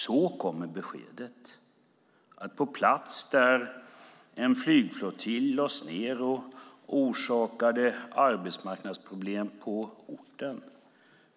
Då kommer beskedet på en plats där en flygflottilj lades ned och orsakade arbetsmarknadsproblem på orten.